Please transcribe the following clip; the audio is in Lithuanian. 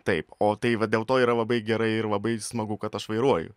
taip o tai va dėl to yra labai gerai ir labai smagu kad aš vairuoju